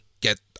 get